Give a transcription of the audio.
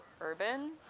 urban